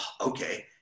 Okay